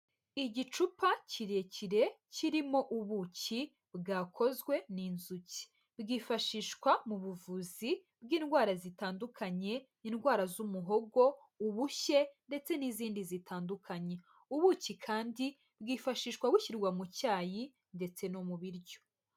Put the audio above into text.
Igicupa kirekire kirimo ubuki bwakozwe n'inzuki, bwifashishwa mu buvuzi bw'indwara zitandukanye indwara z'umuhogo, ubushye ndetse n'izindi zitandukanye, ubuki kandi bwifashishwa bushyirwa mu cyayi ndetse no mu biryo.